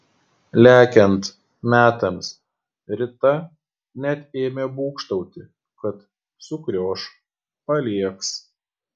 lekiant metams rita net ėmė būgštauti kad sukrioš paliegs